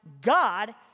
God